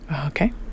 okay